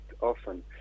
often